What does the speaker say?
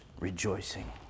rejoicing